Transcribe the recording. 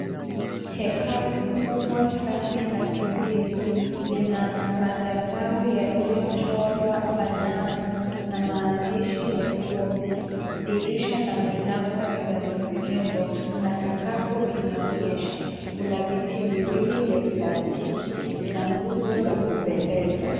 Hekalu kubwa safi na tulivu lina madhabau yaliyo chorwa sanamu na maandishi mekundu. Dirisha na milango ni za mviringo na sakafu inaonesha. Kuna viti viwili za plastiki na nguzo zakupendeza.